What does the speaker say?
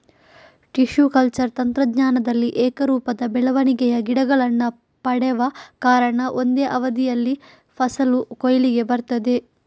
tissue culture ತಂತ್ರಜ್ಞಾನದಲ್ಲಿ ಏಕರೂಪದ ಬೆಳವಣಿಗೆಯ ಗಿಡಗಳನ್ನ ಪಡೆವ ಕಾರಣ ಒಂದೇ ಅವಧಿಯಲ್ಲಿ ಫಸಲು ಕೊಯ್ಲಿಗೆ ಬರ್ತದೆ